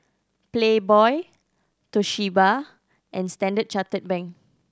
Playboy Toshiba and Standard Chartered Bank